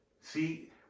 see